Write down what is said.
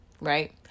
Right